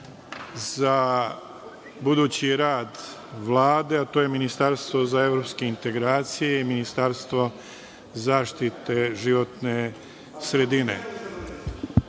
za budući rad Vlade, a to je ministarstvo za evropske integracije i ministarstvo za zaštitu životne sredine. Srbija